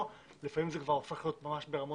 לפעמים זה כבר הופך להיות אבסורד.